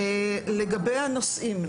לגבי הנושאים.